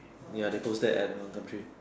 ya they posted at on Gumtree